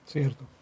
Cierto